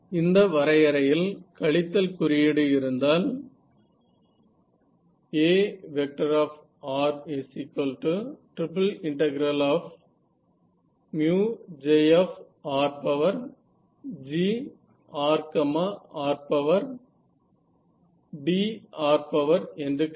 இந்த வரையறையில் கழித்தல் குறியீடு இருந்தால் AJrGrrdr என்று கிடைக்கும்